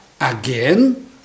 again